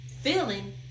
feeling